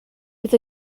bydd